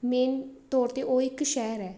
main ਤੌਰ 'ਤੇ ਉਹ ਇੱਕ ਸ਼ਹਿਰ ਹੈ